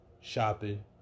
Shopping